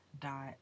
dot